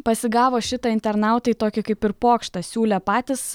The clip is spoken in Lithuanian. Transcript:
pasigavo šitą internautai tokį kaip ir pokštą siūlė patys